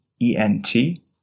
E-N-T